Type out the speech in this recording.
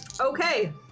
Okay